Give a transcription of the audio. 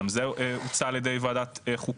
גם זה הוצע על ידי ועדת חוקה.